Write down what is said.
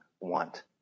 want